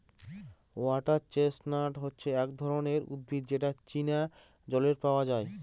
water chestnut হচ্ছে এক ধরনের উদ্ভিদ যেটা চীনা জলে পাওয়া যায়